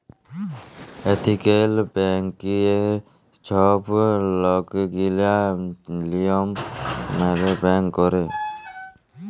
ethical ব্যাংকিংয়ে ছব লকগিলা লিয়ম মালে ব্যাংক ক্যরে